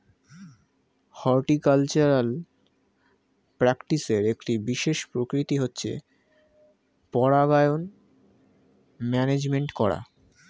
horticultural প্র্যাকটিসের একটি বিশেষ প্রকৃতি হচ্ছে পরাগায়ন ম্যানেজমেন্ট করা